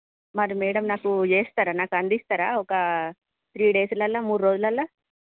మరి మేడం నాకు చేస్తారా నాకు అందిస్తారా ఒక త్రీ డేస్లల్లా మూడు రోజులల్లా